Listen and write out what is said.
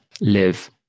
live